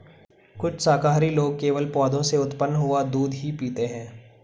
कुछ शाकाहारी लोग केवल पौधों से उत्पन्न हुआ दूध ही पीते हैं